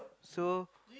so